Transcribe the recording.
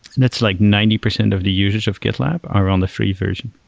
that's like ninety percent of the users of gitlab are on the free version.